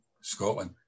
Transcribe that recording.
Scotland